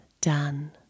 done